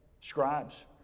scribes